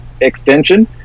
extension